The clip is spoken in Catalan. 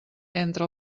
entre